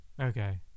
Okay